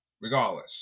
Regardless